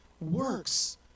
works